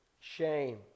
shame